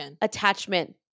attachment